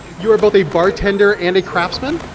you are both a bartender and a craftsman?